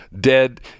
dead